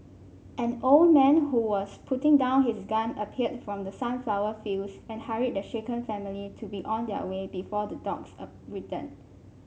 an old man who was putting down his gun appeared from the sunflower fields and hurried the shaken family to be on their way before the dogs a return